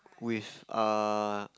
with err